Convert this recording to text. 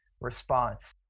response